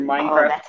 Minecraft